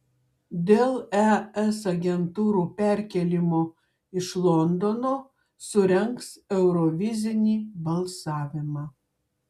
dėl es agentūrų perkėlimo iš londono surengs eurovizinį balsavimą